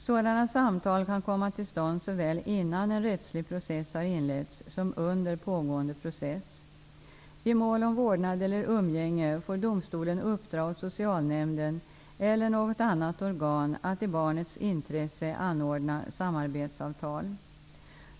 Sådana samtal kan komma till stånd såväl innan en rättslig process har inletts som under pågående process. I mål om vårdnad eller umgänge får domstolen uppdra åt socialnämnden eller något annat organ att i barnets intresse anordna samarbetssamtal.